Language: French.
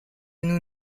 nous